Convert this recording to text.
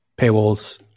paywalls